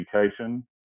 education